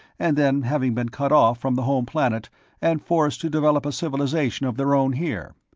and then having been cut off from the home planet and forced to develop a civilization of their own here.